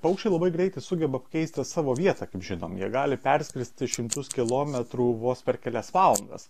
paukščiai labai greitai sugeba pakeisti savo vietą kaip žinom jie gali perskristi šimtus kilometrų vos per kelias valandas